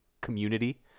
community